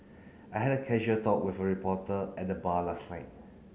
I had a casual talk with a reporter at the bar last night